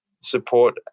support